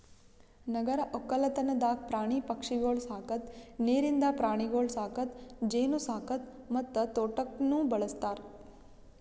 ನಗರ ಒಕ್ಕಲ್ತನದಾಗ್ ಪ್ರಾಣಿ ಪಕ್ಷಿಗೊಳ್ ಸಾಕದ್, ನೀರಿಂದ ಪ್ರಾಣಿಗೊಳ್ ಸಾಕದ್, ಜೇನು ಸಾಕದ್ ಮತ್ತ ತೋಟಕ್ನ್ನೂ ಬಳ್ಸತಾರ್